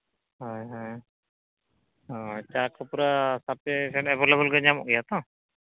ᱦᱳᱭ ᱦᱳᱭ ᱪᱟ ᱠᱚ ᱯᱩᱨᱟᱹ ᱮᱵᱮᱹᱞᱮᱹᱵᱮᱹᱞ ᱜᱮ ᱧᱟᱢᱚᱜ ᱜᱮᱭᱟ ᱛᱚ